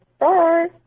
Bye